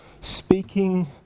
speaking